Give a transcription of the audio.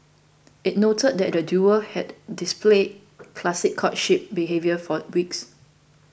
it noted that the duo had displayed classic courtship behaviour for weeks